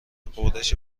غرش